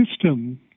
system